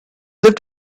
lived